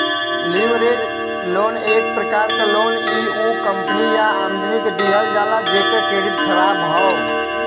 leverage loan एक प्रकार क लोन इ उ कंपनी या आदमी के दिहल जाला जेकर क्रेडिट ख़राब हौ